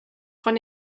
von